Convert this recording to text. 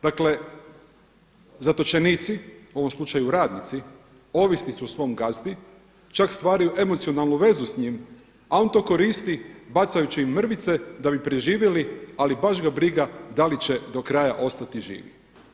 Dakle zatočenici, u ovom slučaju radnici, ovisni su o svojem gazdi, čak stvaraju emocionalnu vezu s njim a on to koristi bacajući im mrvice da bi preživjeli ali baš ga briga da li će do kraja ostati živi.